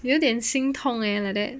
有点心痛 leh like that